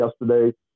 yesterday